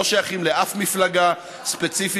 שלא שייכים לאף מפלגה ספציפית,